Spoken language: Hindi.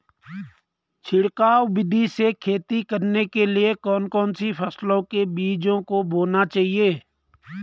छिड़काव विधि से खेती करने के लिए कौन कौन सी फसलों के बीजों को बोना चाहिए?